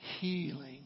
healing